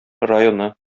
районы